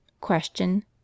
Question